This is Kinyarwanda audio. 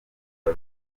rwe